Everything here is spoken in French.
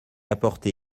apporté